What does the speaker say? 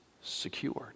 secured